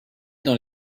dans